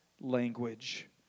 language